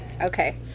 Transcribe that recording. Okay